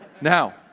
now